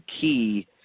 key